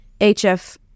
HF